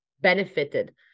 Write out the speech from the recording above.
benefited